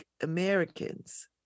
Americans